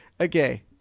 Okay